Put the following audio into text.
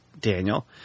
Daniel